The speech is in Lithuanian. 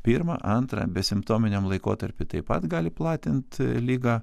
pirmą antrą besimptominiam laikotarpiu taip pat gali platint ligą